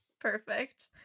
Perfect